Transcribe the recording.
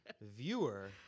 viewer